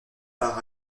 par